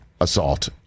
assault